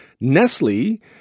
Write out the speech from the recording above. Nestle